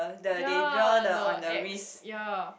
ya the eggs ya